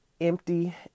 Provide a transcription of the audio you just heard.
empty